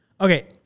Okay